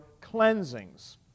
cleansings